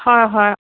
হয় হয়